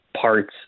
parts